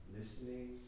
Listening